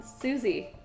Susie